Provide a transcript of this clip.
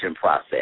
process